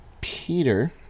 Peter